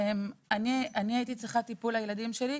אני הייתי צריכה טיפול לילדים שלי,